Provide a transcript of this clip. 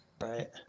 Right